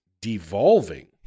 devolving